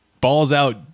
balls-out